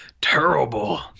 Terrible